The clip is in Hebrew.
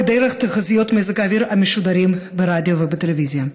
דרך תחזיות מזג האוויר המשודרות ברדיו ובטלוויזיה.